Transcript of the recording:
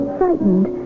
frightened